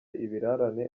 ibirarane